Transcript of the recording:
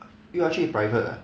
又要去 private ah